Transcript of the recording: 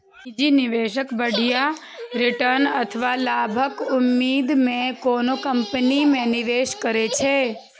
निजी निवेशक बढ़िया रिटर्न अथवा लाभक उम्मीद मे कोनो कंपनी मे निवेश करै छै